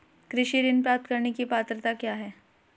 कृषि ऋण प्राप्त करने की पात्रता क्या है?